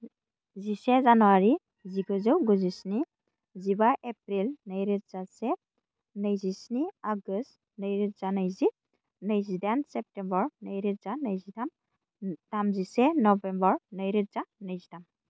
जिसे जानुवारि जिगुजौ गुजिस्नि जिबा एप्रिल नैरोजा से नैजिस्नि आगष्ट नैरोजा नैजि नैजिडाइन सेप्तेम्बर नैरोजा नैजिथाम थामजिसे नबेम्बर नैरोजा नैजिथाम